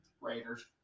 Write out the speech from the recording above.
Raiders